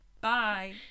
Bye